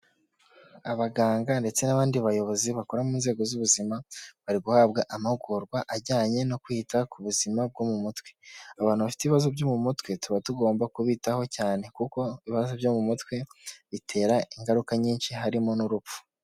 Abaganga ndetse n'abandi bayobozi bakora mu nzego z'ubuzima bari guhabwa amahugurwa ajyanye no kwita ku buzima bwo mu mutwe, abantu bafite ibibazo byo mu mutwe tuba tugomba kubitaho cyane kuko ibibazo byo mu mutwe bitera ingaruka nyinshi harimo n'urupfu.